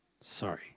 Sorry